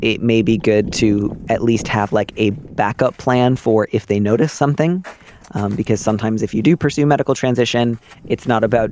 it may be good to at least have like a backup plan for if they notice something because sometimes if you do pursue a medical transition it's not about